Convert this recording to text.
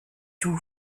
tout